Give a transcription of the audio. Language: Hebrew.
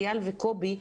וקובי.